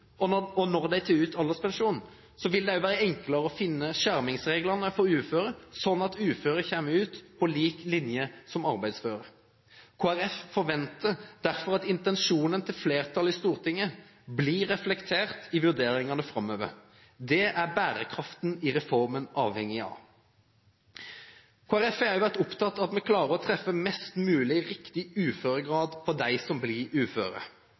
og mer om når de tar ut alderspensjon, vil det også være enklere å finne skjermingsregler for uføre, slik at uføre kommer ut på lik linje med arbeidsføre. Kristelig Folkeparti forventer derfor at intensjonen til flertallet i Stortinget blir reflektert i vurderingene framover. Det er bærekraften i reformen avhengig av. Kristelig Folkeparti har også vært opptatt av at vi klarer å treffe mest mulig riktig uføregrad på dem som blir uføre.